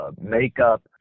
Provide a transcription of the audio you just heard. makeup